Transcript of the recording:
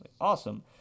Awesome